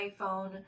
iphone